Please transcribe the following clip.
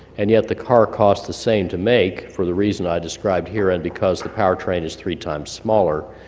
and yet the car costs the same to make for the reason i described here, and because the powertrain is three times smaller,